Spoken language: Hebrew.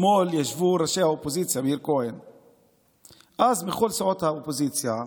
אתמול ישבו ראשי האופוזיציה מכל סיעות האופוזיציה.